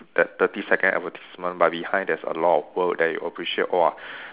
that thirty second advertisement but behind there is a lot of work that you appreciate !whoa!